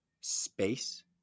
space